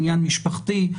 עניין משפחתי,